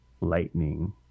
lightning